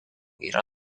yra